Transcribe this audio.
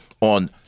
on